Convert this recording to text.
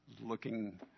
looking